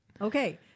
Okay